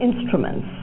instruments